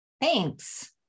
Thanks